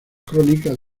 crónicas